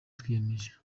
twiyemeje